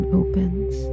opens